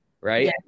right